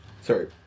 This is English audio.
sorry